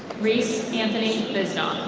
reese anthony bisnaugh.